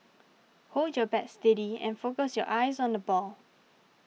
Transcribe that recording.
hold your bat steady and focus your eyes on the ball